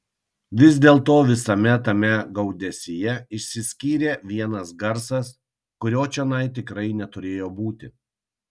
vis dėlto visame tame gaudesyje išsiskyrė vienas garsas kurio čionai tikrai neturėjo būti